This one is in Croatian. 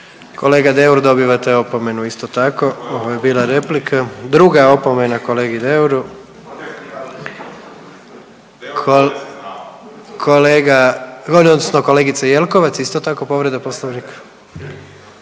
Kolega Deur, dobivate opomenu, isto tako, ovo je bila replika. Druga opomena kolegi Deuru. .../Upadica se ne čuje./... Kolega, odnosno kolegice Jekovicac, isto tako, povreda Poslovnika.